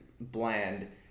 bland